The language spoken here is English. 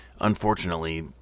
unfortunately